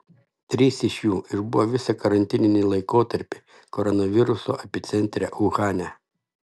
trys iš jų išbuvo visą karantininį laikotarpį koronaviruso epicentre uhane